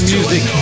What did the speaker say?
Music